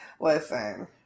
Listen